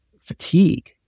fatigue